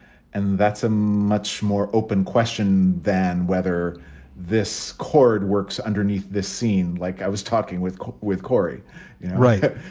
and that's a much more open question than whether this chord works underneath this scene. like i was talking with with corey wright.